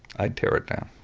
i'd tear it down,